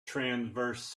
transverse